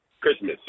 Christmas